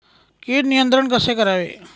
कीड नियंत्रण कसे करावे?